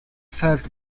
first